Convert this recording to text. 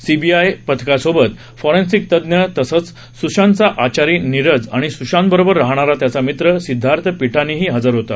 C B I पथकासोबत forensic तज्ञ तसाच सूशांतचा आचारी नीरज आणि सूशांतबरोबर राहणारा त्याचा मित्र सिदधार्थ पिठानीही हजर होते